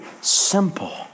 simple